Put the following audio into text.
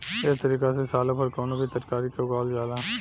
एह तारिका से सालो भर कवनो भी तरकारी के उगावल जाला